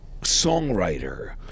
songwriter